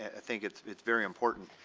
i think it's it's very important.